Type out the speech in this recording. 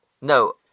no